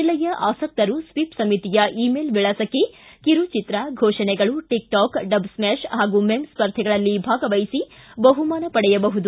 ಜಿಲ್ಲೆಯ ಆಸಕ್ತರು ಸ್ನೀಪ್ ಸಮಿತಿಯ ಇ ಮೆಲ್ ವಿಳಾಸಕ್ಕೆ ಕಿರುಚಿತ್ರ ಫೋಷಣೆಗಳು ಟಿಕ್ಟಾಕ್ ಡಬ್ಸ್ಟ್ರಾಷ್ ಹಾಗೂ ಮೆಮ್ ಸ್ಪರ್ಧೆಗಳಲ್ಲಿ ಭಾಗವಹಿಸಿ ಬಹುಮಾನ ಪಡೆಯಬಹುದು